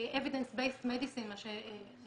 evidence based medicine, מה שמכונה,